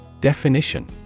Definition